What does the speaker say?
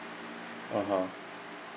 (uh huh)